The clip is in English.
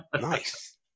Nice